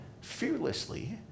fearlessly